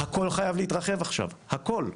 הכל חייב להתרחב עכשיו, הכל.